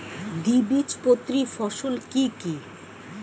দ্বিবীজপত্রী ফসল কি কি?